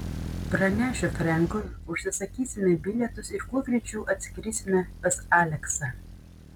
pranešiu frenkui užsisakysime bilietus ir kuo greičiau atskrisime pas aleksą